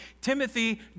Timothy